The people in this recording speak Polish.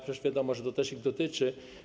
Przecież wiadomo, że to też ich dotyczy.